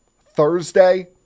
Thursday